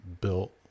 built